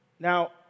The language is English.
Now